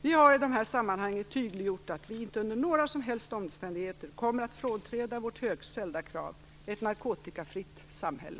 Vi har i dessa sammanhang tydliggjort att vi inte under några som helst omständigheter kommer att frånträda vårt högt ställda krav - ett narkotikafritt samhälle.